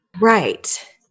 Right